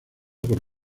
por